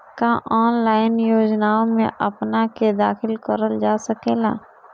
का ऑनलाइन योजनाओ में अपना के दाखिल करल जा सकेला?